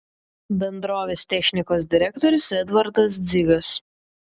bendrovės technikos direktorius edvardas dzigas